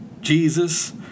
Jesus